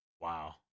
Wow